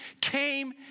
came